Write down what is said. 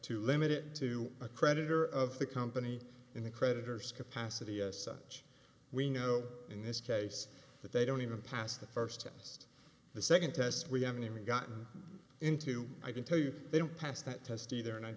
to limit it to a creditor of the company in a creditors capacity as such we know in this case that they don't even pass the first test the second test we haven't even gotten into i can tell you they don't pass that test either and i'd